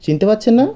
চিনতে পারছেন না